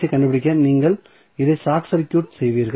ஐக் கண்டுபிடிக்க நீங்கள் இதை ஷார்ட் சர்க்யூட் செய்வீர்கள்